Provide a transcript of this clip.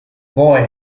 boy